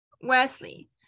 Wesley